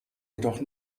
jedoch